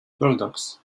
bulldogs